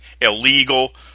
illegal